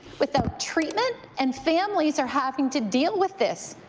without treatment and families are having to deal with this.